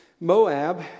Moab